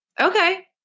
okay